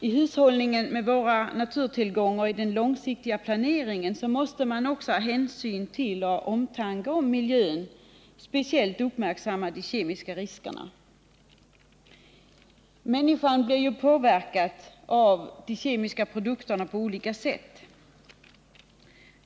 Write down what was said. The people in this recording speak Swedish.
I hushållningen med våra naturtillgångar och i den långsiktiga planeringen måste man också av hänsyn till och omtanke om miljön speciellt uppmärksamma de kemiska riskerna. Människan påverkas av de kemiska produkterna på olika sätt.